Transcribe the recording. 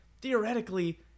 Theoretically